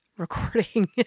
recording